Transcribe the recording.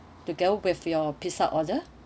to go with your pizza order